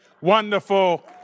wonderful